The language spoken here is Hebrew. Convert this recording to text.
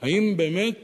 האם באמת